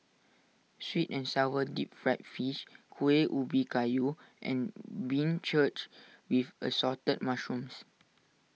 Sweet and Sour Deep Fried Fish Kueh Ubi Kayu and Beancurd with Assorted Mushrooms